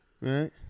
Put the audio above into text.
Right